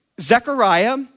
Zechariah